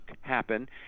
happen